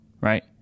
right